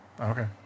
Okay